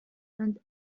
and